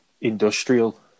industrial